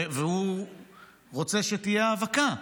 הוא רוצה שתהיה האבקה,